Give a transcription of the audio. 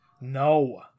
No